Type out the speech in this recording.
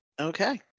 Okay